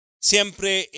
siempre